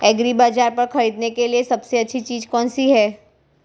एग्रीबाज़ार पर खरीदने के लिए सबसे अच्छी चीज़ कौनसी है?